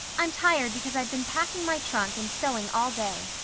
i'm tired because i've been packing my trunk and sewing all day.